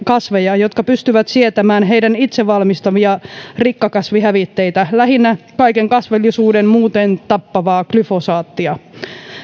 kasveja jotka pystyvät sietämään heidän itse valmistamiaan rikkakasvihävitteitä lähinnä kaiken kasvillisuuden muuten tappavaa glyfosaattia